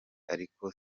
ariko